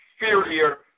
inferior